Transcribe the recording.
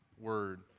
word